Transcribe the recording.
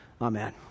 Amen